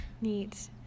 Neat